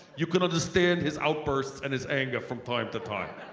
you can understand his outbursts and his anger from time to time.